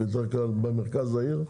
היא בדרך כלל במרכז העיר,